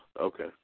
Okay